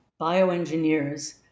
bioengineers